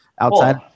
outside